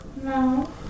No